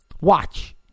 Watch